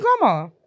grandma